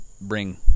bring